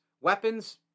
weapons